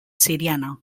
siriana